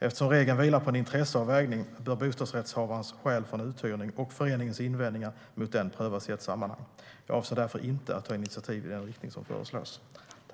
Eftersom regeln vilar på en intresseavvägning bör bostadsrättshavarens skäl för en uthyrning och föreningens invändningar mot den prövas i ett sammanhang. Jag avser därför inte att ta initiativ i den riktning som föreslås.